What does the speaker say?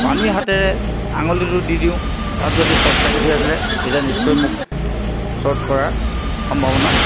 পানী হাতেৰে আঙুলিটো দি দিওঁ তাত যদি শ্বৰ্ট চাৰ্কিত হৈ আছিলে তেতিয়া নিশ্চয় মোক শ্বৰ্ট কৰাৰ সম্ভাৱনা